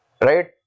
right